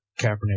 Kaepernick